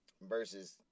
versus